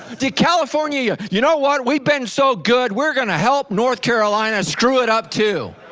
do california you know what, we've been so good, we're gonna help north carolina screw it up too.